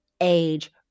age